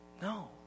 No